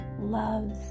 loves